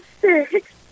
six